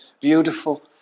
beautiful